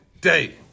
day